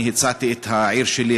הצעתי את העיר שלי,